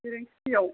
बेरेंसि दैआव